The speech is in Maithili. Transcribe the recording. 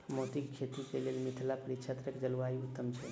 मोतीक खेती केँ लेल मिथिला परिक्षेत्रक जलवायु उत्तम छै?